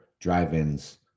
drive-ins